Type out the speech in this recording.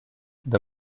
the